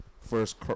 first